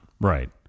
Right